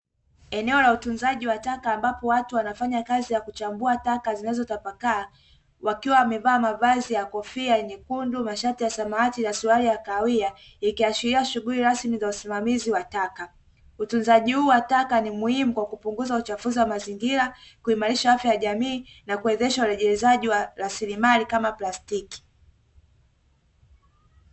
Eneo la utunzaji wa taka ambapo watu wanafanya kazi ya kuchambua taka zinazotapakaa, wakiwa wamevaa mavazi ya kofia nyekundu, mashati ya samawati na suruali ya kahawia, ikiashiria shughuli rasmi za usimamizi wa taka. Utunzaji huu wa taka ni muhimu kwa kupunguza uchafuzi wa mazingira, kuimarisha afya ya jamii na kuwezesha urejelezaji wa rasilimali kama plastiki.